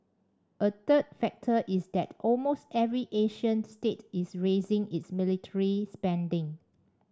a third factor is that almost every Asian state is raising its military spending